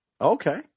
Okay